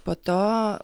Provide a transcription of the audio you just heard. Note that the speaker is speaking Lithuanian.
po to